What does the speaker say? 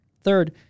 Third